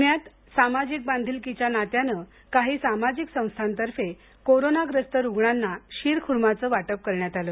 प्ण्यात सामाजिक बांधिलकीच्या नात्याने काही सामाजिक संस्थांतर्फे कोरोनोग्रस्त रुग्णांना शिरखुर्माचे वाटप करण्यात आले